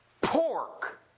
pork